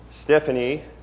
Stephanie